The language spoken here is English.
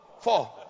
four